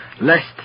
Lest